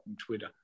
Twitter